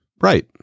Right